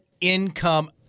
income